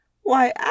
why